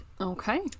okay